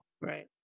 right